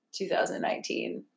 2019